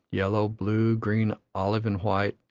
yellow, blue, green, olive, and white,